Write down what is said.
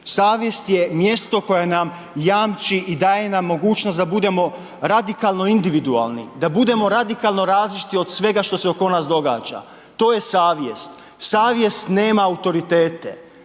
savjest je mjesto koje nam jamči i daje nam mogućnost da budemo radikalno individualni da budemo radikalno različiti od svega što se oko nas događa, to je savjest. Savjest nema autoritete.